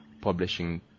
publishing